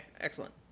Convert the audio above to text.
Excellent